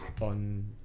On